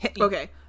Okay